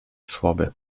słowy